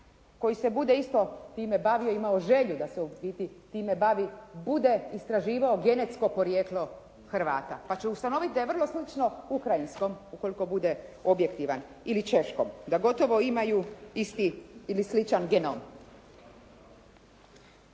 koji se bude isto time bavio, imao želju da se u biti time bavi bude istraživao genetsko porijeklo Hrvata, pa će ustanoviti da je vrlo slično ukrajinskom ukoliko bude objektivan ili češkom, da gotovo imaju isti ili sličan genom.